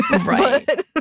Right